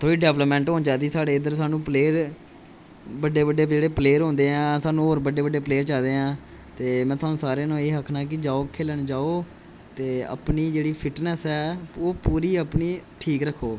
थोह्ड़ी डब्लपमेंट होनी चाहिदी साढ़े इधर साह्नू प्लेर बड्डे बड्डे प्लेर चाहिदे हैं में थोआनु सारें नूं एह् आखना कि जाओ खेलन जाओ ते अपनी जेह्ड़ी फिटनेस ऐ ओह् पूरी अपनी ठीक रखो